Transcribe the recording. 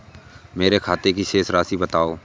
मेरे खाते की शेष राशि बताओ?